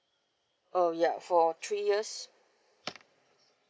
oh ya for three years